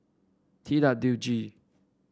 T W G